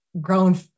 grown